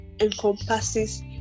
encompasses